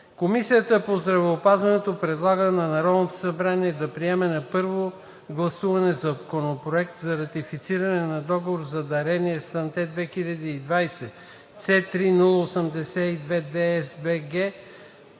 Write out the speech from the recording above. Комисията по здравеопазването предлага на Народното събрание да приеме на първо гласуване Законопроект за ратифициране на Договор за дарение SANTE/2020/C3/082-DC-BG